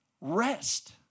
rest